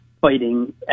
fighting